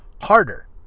harder